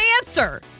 answer